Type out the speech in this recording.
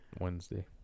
Wednesday